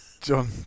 John